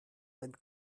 that